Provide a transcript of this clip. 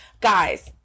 guys